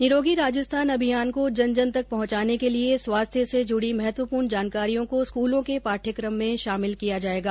निरोगी राजस्थान अभियान को जन जन तक पहुंचाने के लिए स्वास्थ्य से जुड़ी महत्वपूर्ण जानकारियों को स्कूलों के पाठयक्रम में शामिल किया जायेगा